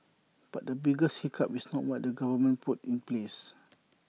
but the biggest hiccup is not what the government puts in place